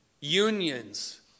unions